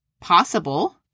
possible